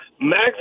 Max